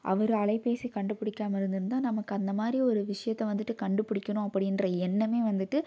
அவர் அலைப்பேசி கண்டுபிடிக்காம இருந்திருந்தா நமக்கு அந்தமாதிரி ஒரு விஷயத்தை வந்துட்டு கண்டுபிடிக்கணும் அப்படிகிற எண்ணமே வந்துட்டு